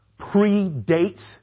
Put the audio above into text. predates